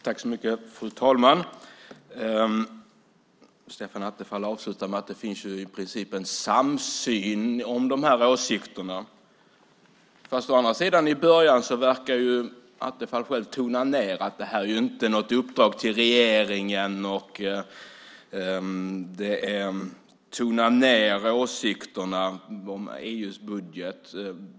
Fru talman! Stefan Attefall avslutar med att säga att det i princip finns en samsyn om de här åsikterna. Å andra sidan verkar Stefan Attefall i början tona ned det, att det inte är något uppdrag till regeringen, och tona ned åsikterna om EU:s budget.